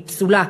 היא פסולה.